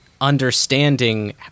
understanding